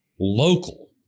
local